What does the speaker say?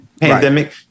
pandemic